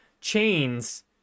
chains